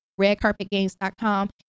redcarpetgames.com